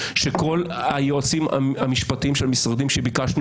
שכל היועצים המשפטיים של המשרדים שביקשנו,